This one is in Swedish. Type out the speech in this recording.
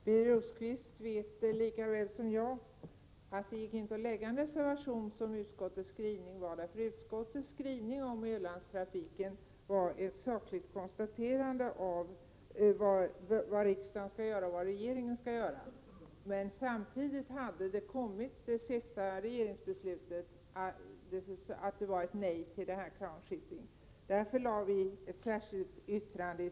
Herr talman! Birger Rosqvist vet lika väl som jag att det inte gick att lägga en reservation som utskottets skrivning löd, eftersom skrivningen om Ölandstrafiken var ett sakligt konstaterande av vilka åtgärder regeringen och riksdagen skall vidta. Samtidigt innebar det senaste regeringsbeslutet ett nej till Crown Shipping. Därför avgav vi i stället ett särskilt yttrande.